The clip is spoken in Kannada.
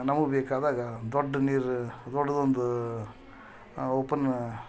ನಮಗೆ ಬೇಕಾದಾಗ ದೊಡ್ಡ ನೀರು ದೊಡ್ದು ಒಂದು ಓಪನ್